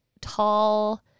tall